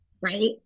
right